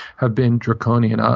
have been draconian. ah